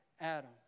Adam